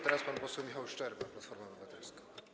Teraz pan poseł Michał Szczerba, Platforma Obywatelska.